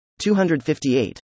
258